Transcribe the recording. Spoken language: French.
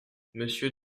monsieur